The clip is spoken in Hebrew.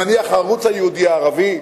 נניח, הערוץ הייעודי, ערבי?